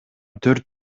төрт